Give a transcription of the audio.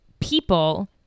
people